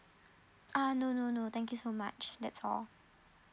ah no no no thank you so much that's all